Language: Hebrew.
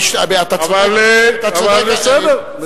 אבל בסדר, בסדר.